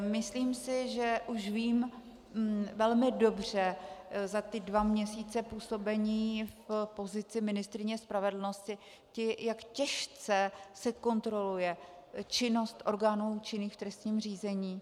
Myslím si, že už vím velmi dobře za ty dva měsíce působení v pozici ministryně spravedlnosti, jak těžce se kontroluje činnost orgánů činných v trestním řízení.